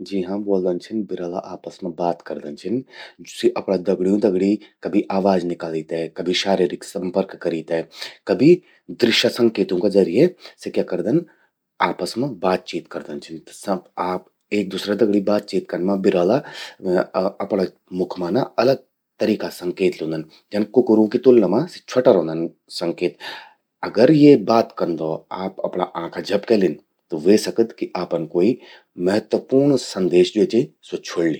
जी हां..ब्वोल्दन छिन बिरला आपस मां बात करदन छिन। सी अपणा दगण्यूं दगड़ि, कभि वाज निकाली ते, कभी शारीरीक संपर्क करी ते, कभि दृश्य संकेतों का जरिए सि क्या करदन, आपस मां बातचीत करदन छिन। एक दूसरा दगड़ि बात कन मां बिरला अपणा मुख मां एक अलग तरीका का संकेत ल्यूंदन। जन कुकरों की तुलना मां सि छ्वटा रौंदन संकेत। अगर ये बात कन दो आप अपणा आंखां झपकेलिन, त व्हे सकद कि आपन महत्वपूर्ण संदेश ज्वो चि, स्व छ्वोड़ि।